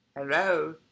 Hello